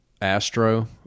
Astro